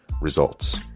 results